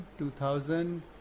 2000